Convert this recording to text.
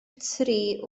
tri